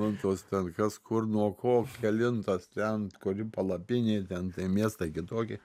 man tos ten kas kur nuo ko kelintas ten kuri palapinė ten tai miestai kitoki